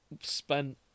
spent